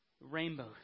Rainbows